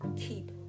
keep